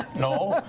no.